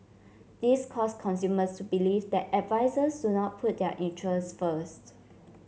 this caused consumers to believe that advisers do not put their interest first